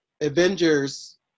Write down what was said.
Avengers